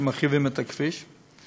ומרחיבים את הכביש.